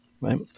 right